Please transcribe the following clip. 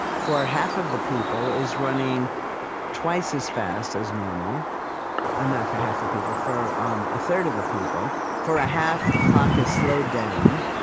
for half of the people, is running twice as fast as normal um not for half the people, for um a third of the people. for a half, the clock is slowed down.